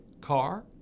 car